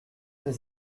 des